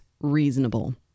reasonable